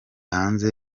hanze